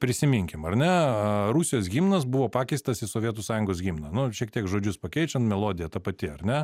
prisiminkim ar ne rusijos himnas buvo pakeistas į sovietų sąjungos himną šiek tiek žodžius pakeičiant melodija ta pati ar ne